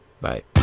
Bye